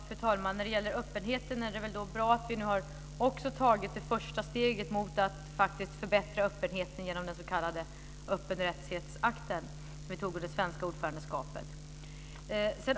Fru talman! När det gäller öppenheten är det bra att vi nu också har tagit det första steget mot att faktiskt förbättra den genom den s.k. öppenhetsrättsakten, som vi antagit under det svenska ordförandeskapet.